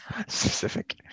Specific